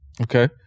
Okay